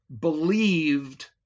believed